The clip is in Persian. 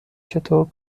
چطور